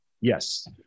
Yes